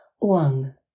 One